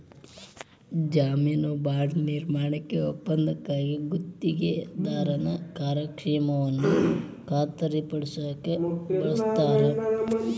ಜಾಮೇನು ಬಾಂಡ್ ನಿರ್ಮಾಣ ಒಪ್ಪಂದಕ್ಕಾಗಿ ಗುತ್ತಿಗೆದಾರನ ಕಾರ್ಯಕ್ಷಮತೆಯನ್ನ ಖಾತರಿಪಡಸಕ ಬಳಸ್ತಾರ